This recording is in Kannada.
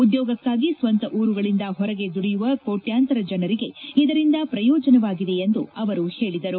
ಉದ್ಯೋಗಕ್ಕಾಗಿ ಸ್ವಂತ ಊರುಗಳಿಂದ ಹೊರಗೆ ದುಡಿಯುವ ಕೋಟ್ನಾಂತರ ಜನರಿಗೆ ಇದರಿಂದ ಪ್ರಯೋಜನವಾಗಿದೆ ಎಂದು ಅವರು ಹೇಳಿದರು